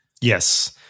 Yes